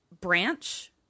branch